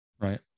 Right